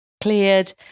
cleared